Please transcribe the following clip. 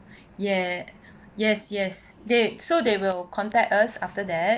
ya yes yes they so they will contact us after that